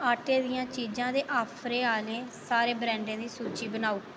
आटे दियां चीजां दे आफरे आह्ले सारे ब्रैंडे दी सूची बनाओ